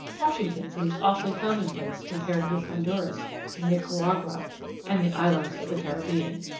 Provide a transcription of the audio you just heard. washington seems awfully commonplace compared with honduras and nicaragua and the islands of the caribbean.